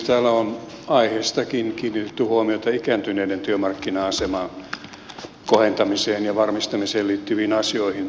täällä on aiheestakin kiinnitetty huomiota ikääntyneiden työmarkkina aseman kohentamiseen ja varmistamiseen liittyviin asioihin